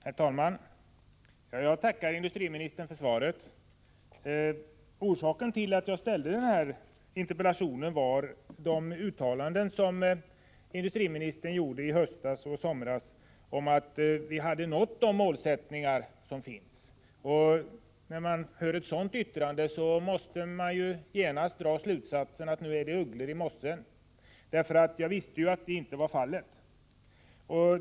Herr talman! Jag tackar industriministern för svaret. Orsaken till att jag framställde denna interpellation var de uttalanden som industriministern gjorde i somras och i höstas om att målsättningarna hade nåtts. När jag hör ett sådant yttrande anar man genast att det är ugglor i mossen, eftersom jag vet att så inte är fallet.